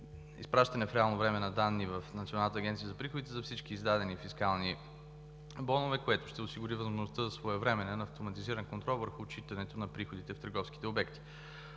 изпращане в реално време на данни в Националната агенция за приходите за всички издадени фискални бонове, което ще осигури възможността за своевременен автоматизиран контрол върху отчитането на приходите в търговските обекти;